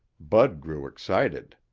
bud grew excited.